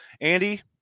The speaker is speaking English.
Andy